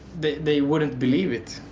they wouldn't believe it.